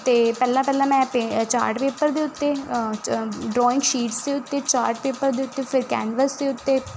ਅਤੇ ਪਹਿਲਾਂ ਪਹਿਲਾਂ ਮੈਂ ਪੇਂਟ ਚਾਰਟ ਪੇਪਰ ਦੇ ਉੱਤੇ ਡਰਾਇੰਗ ਸ਼ੀਟਸ ਦੇ ਉੱਤੇ ਚਾਰਟ ਪੇਪਰ ਦੇ ਉੱਤੇ ਫਿਰ ਕੈਨਵਸ ਦੇ ਉੱਤੇ